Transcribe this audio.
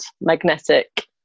magnetic